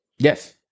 Yes